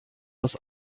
aus